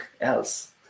else